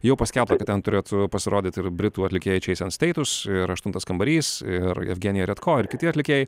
jau paskelbta kad ten turėtų pasirodyt ir britų atlikėjai chase and status ir aštuntas kambarys ir evgenija redko ir kiti atlikėjai